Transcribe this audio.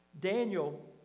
Daniel